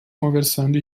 conversando